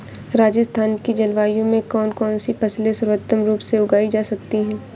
राजस्थान की जलवायु में कौन कौनसी फसलें सर्वोत्तम रूप से उगाई जा सकती हैं?